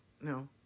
no